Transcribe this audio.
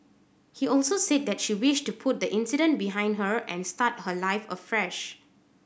he also said that she wished to put the incident behind her and start her life afresh